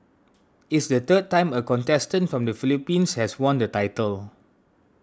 it's the third time a contestant from the Philippines has won the title